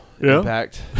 Impact